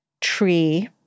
tree